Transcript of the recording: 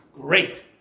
great